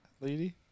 lady